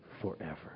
forever